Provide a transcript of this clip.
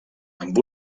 amb